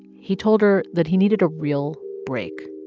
he told her that he needed a real break